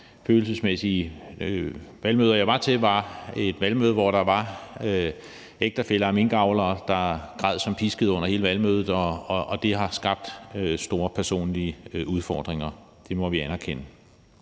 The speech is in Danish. følelsesladede valgmøder, jeg var til, var et valgmøde, hvor der var minkavlere og ægtefæller, der græd som pisket under hele valgmødet, og det har skabt store personlige udfordringer. Det må vi anerkende.